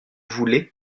voulez